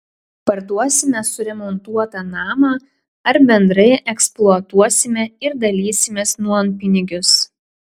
parduosime suremontuotą namą ar bendrai eksploatuosime ir dalysimės nuompinigius